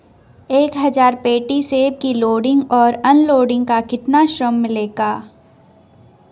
एक हज़ार पेटी सेब की लोडिंग और अनलोडिंग का कितना श्रम मिलेगा?